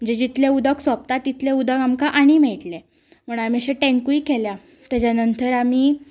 जितलें उदक सोंपता तितलें उदक आमकां आनी मेयटलें म्हणोन आमी अशे टँकूय केल्या तेज्या नंतर आमी